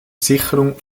sicherung